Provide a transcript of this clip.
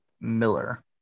miller